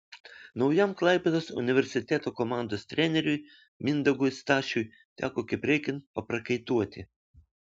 naujam klaipėdos universiteto komandos treneriui mindaugui stašiui teko kaip reikiant paprakaituoti